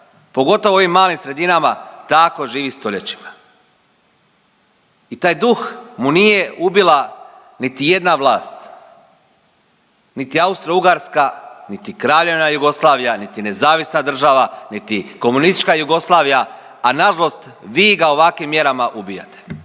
pogotovo u ovim malim sredinama tako živi stoljećima. I taj duh mu nije ubila niti jedna vlast, niti Austrougarska, niti Kraljevina Jugoslavija, niti nezavisna država, niti komunistička Jugoslavija, a nažalost vi ga ovakvim mjerama ubijate.